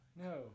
No